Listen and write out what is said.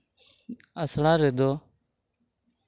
ᱟᱥᱲᱟ ᱨᱮᱫᱚ